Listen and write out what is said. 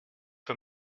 für